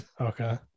okay